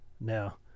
Now